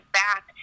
back